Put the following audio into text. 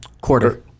Quarter